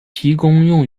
提供